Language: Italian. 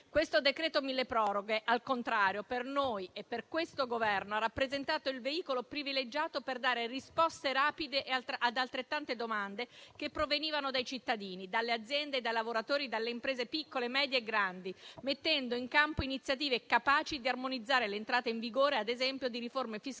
Questo decreto-legge milleproroghe, al contrario, per noi e per questo Governo ha rappresentato il veicolo privilegiato per dare risposte rapide ad altrettante domande che provenivano dai cittadini, dalle aziende, dai lavoratori, dalle imprese piccole, medie e grandi, mettendo in campo iniziative capaci di armonizzare l'entrata in vigore, ad esempio, di riforme fiscali,